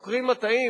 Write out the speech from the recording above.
עוקרים מטעים,